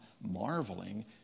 marveling